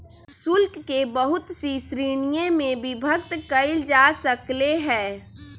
शुल्क के बहुत सी श्रीणिय में विभक्त कइल जा सकले है